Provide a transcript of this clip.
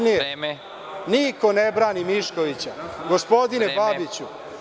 Niko ne brani Miškovića, gospodine Babiću.